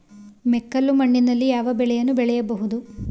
ಮೆಕ್ಕಲು ಮಣ್ಣಿನಲ್ಲಿ ಯಾವ ಬೆಳೆಯನ್ನು ಬೆಳೆಯಬಹುದು?